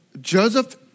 Joseph